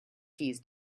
keys